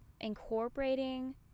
incorporating